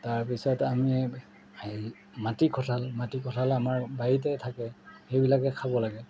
তাৰপিছত আমি হেৰি মাটি কঁঠাল মাটি কঁঠাল আমাৰ বাৰীতে থাকে সেইবিলাকে খাব লাগে